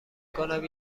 کنم